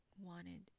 wanted